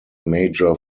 major